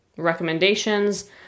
recommendations